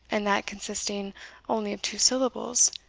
and that consisting only of two syllables,